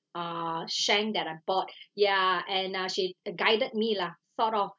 uh shank that I bought ya and uh she'd uh guided me lah sort of